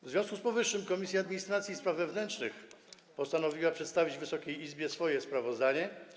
W związku z powyższym Komisja Administracji i Spraw Wewnętrznych postanowiła przedstawić Wysokiej Izbie swoje sprawozdanie.